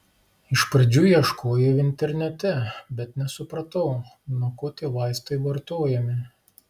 iš pradžių ieškojau internete bet nesupratau nuo ko tie vaistai vartojami